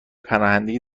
پناهندگی